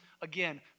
again